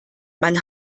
man